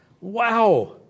Wow